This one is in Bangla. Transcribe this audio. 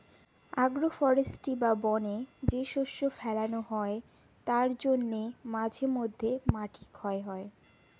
আগ্রো ফরেষ্ট্রী বা বনে যে শস্য ফোলানো হয় তার জন্যে মাঝে মধ্যে মাটি ক্ষয় হয়